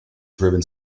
driven